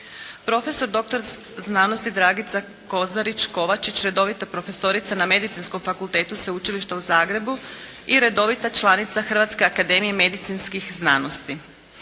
doktor znanosti Dragica Kozarić Kovačić, redovita profesorica Medicinskom fakultetu Sveučilišta u Zagrebu i redovita članica Hrvatske akademije medicinskih znanosti,